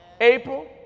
April